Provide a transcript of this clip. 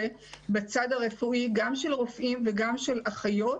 בצד הרפואי גם של רופאים וגם של אחיות,